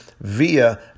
via